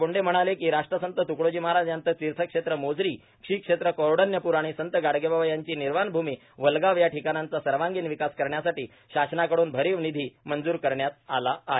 बोंडे म्हणाले कीए राष्ट्रसंत तुकडोजी महाराज यांचे तीर्थक्षेत्र मोझरीए श्री क्षेत्र कौंडण्यप्र आणि संत गाडगेबाबा यांची निर्वाणभ्रमी वलगाव या ठिकाणांचा सर्वांगिण विकास करण्यासाठी शासनाकडून भरीव निधी मंजूर करण्यात आला आहे